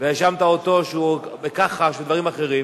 והאשמת אותו בכחש ובדברים אחרים,